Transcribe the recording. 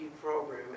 program